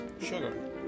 sugar